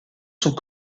sont